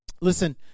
listen